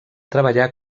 treballar